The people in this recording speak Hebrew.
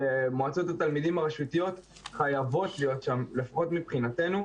שמועצות התלמידים הרשותיות חייבות להיות שם לפחות מבחינתנו,